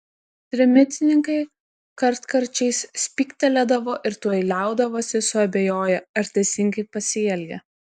trimitininkai kartkarčiais spygtelėdavo ir tuoj liaudavosi suabejoję ar teisingai pasielgė